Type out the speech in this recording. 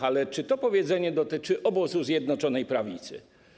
Ale czy to powiedzenie dotyczy obozu Zjednoczonej Prawicy?